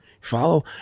Follow